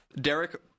Derek